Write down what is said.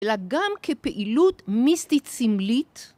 אלא גם כפעילות מיסטית סמלית.